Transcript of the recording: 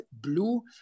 blue